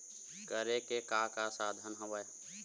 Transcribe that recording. करे के का का साधन हवय?